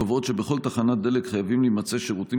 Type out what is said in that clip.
קובעות שבכל תחנת דלק חייבים להימצא שירותים